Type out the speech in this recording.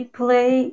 play